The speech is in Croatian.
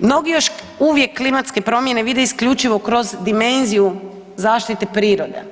Mnogi još uvijek klimatske promjene vide isključivo kroz dimenziju zaštite prirode